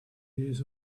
years